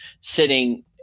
sitting